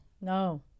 No